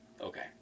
Okay